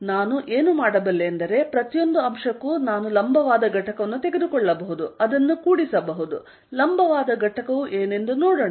ಆದ್ದರಿಂದ ನಾನು ಏನು ಮಾಡಬಲ್ಲೆ ಎಂದರೆ ಪ್ರತಿಯೊಂದು ಅಂಶಕ್ಕೂ ನಾನು ಲಂಬವಾದ ಘಟಕವನ್ನು ತೆಗೆದುಕೊಳ್ಳಬಹುದು ಅದನ್ನು ಸೇರಿಸಬಹುದು ಲಂಬವಾದ ಘಟಕವು ಏನೆಂದು ನೋಡೋಣ